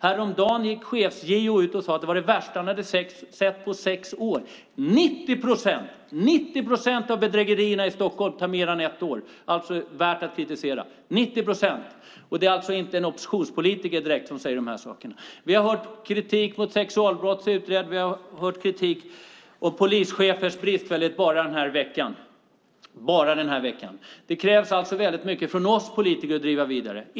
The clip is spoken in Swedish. Häromdagen gick chefs-JO ut och sade att det var det värsta han hade sett på sex år. 90 procent av bedrägerierna i Stockholm tar mer än ett år att utreda. Det är värt att kritisera. Det är alltså inte direkt en oppositionspolitiker som säger det. Vi har hört kritik mot sexualbrottsutredningar och vi har hört kritik mot polischefers bristfällighet bara den här veckan. Det är alltså väldigt mycket som krävs av oss politiker att driva vidare.